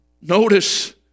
Notice